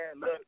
Look